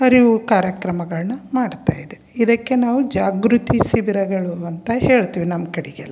ಅರಿವು ಕಾರ್ಯಕ್ರಮಗಳನ್ನ ಮಾಡ್ತಾಯಿದೆ ಇದಕ್ಕೆ ನಾವು ಜಾಗೃತಿ ಶಿಬಿರಗಳು ಅಂತ ಹೇಳ್ತೇವೆ ನಮ್ಮ ಕಡೆಗೆಲ್ಲ